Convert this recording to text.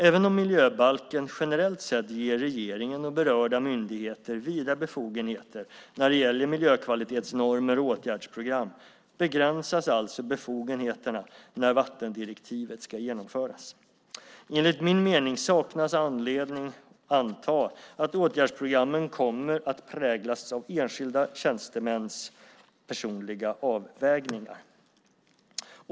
Även om miljöbalken generellt sett ger regeringen och berörda myndigheter vida befogenheter när det gäller miljökvalitetsnormer och åtgärdsprogram begränsas alltså befogenheterna när vattendirektivet ska genomföras. Enligt min mening saknas anledning att anta att åtgärdsprogrammen kommer att präglas av enskilda tjänstemäns personliga avvägningar.